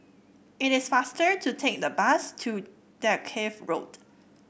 it is faster to take the bus to Dalkeith Road